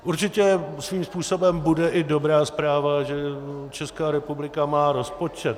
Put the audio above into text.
Určitě svým způsobem bude i dobrá zpráva, že Česká republika má rozpočet.